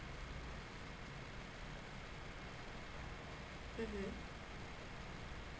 mm